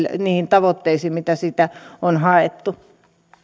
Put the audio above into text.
niihin tavoitteisiin mitä siitä on haettu